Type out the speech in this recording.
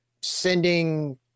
sending